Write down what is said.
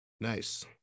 Nice